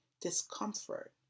discomfort